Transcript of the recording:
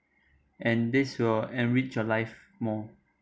and this will enrich your life more